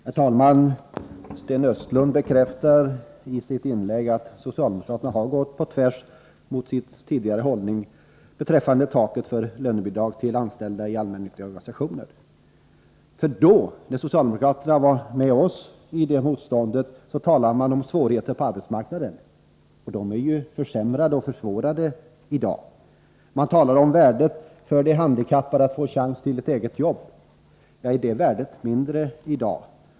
Herr talman! Sten Östlund bekräftar i sitt inlägg att socialdemokraterna har gått tvärtemot sin tidigare hållning beträffande taket för lönebidrag till anställda i allmännyttiga organisationer. När socialdemokraterna var med oss i detta motstånd, talade man nämligen om svårigheter på arbetsmarknaden. Dessa är ju förvärrade i dag. Man talade då om värdet för de handikappade av att få chans till ett eget jobb. Är detta värde mindre i dag?